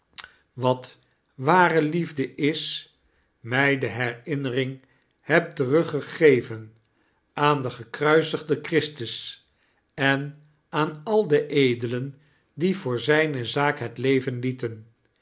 wat ware liefde is mij de herinnering hebt teruggegeven aan den gekruisigden christus en aan al de edelen die voor zijne zaak het leven lieten